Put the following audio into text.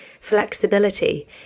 flexibility